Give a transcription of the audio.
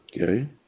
Okay